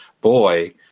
boy